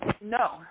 No